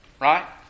Right